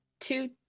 two